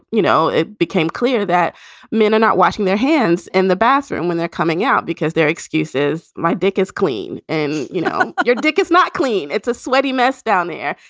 you know, it became clear that men are not washing their hands in the bathroom when they're coming out because their excuses, my dick is clean and you know, your dick is not clean it's a sweaty mess down there.